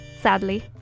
sadly